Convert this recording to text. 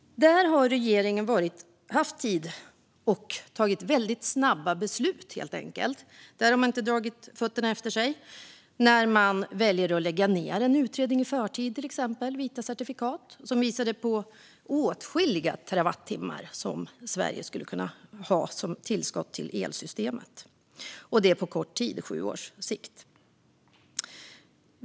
Där har regeringen haft tid men tagit väldigt snabba beslut. Man drog till exempel inte fötterna efter sig när man valde att i förtid lägga ned Utredningen om vita certifikat. Utredningen visade på att Sverige skulle kunna få åtskilliga terawattimmar som tillskott till elsystemet, och det på kort tid: på sju års sikt.